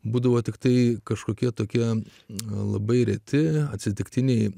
būdavo tiktai kažkokie tokie labai reti atsitiktiniai